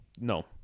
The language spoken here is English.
no